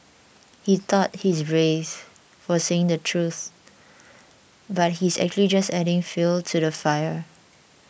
he thought he's brave for saying the truth but he's actually just adding fuel to the fire